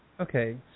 Okay